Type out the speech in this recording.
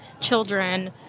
children